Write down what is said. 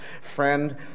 friend